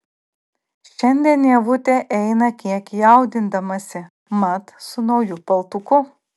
šiandien ievutė eina kiek jaudindamasi mat su nauju paltuku